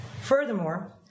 Furthermore